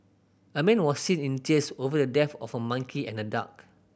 a man was seen in tears over the death of a monkey and a duck